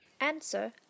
Answer